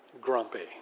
grumpy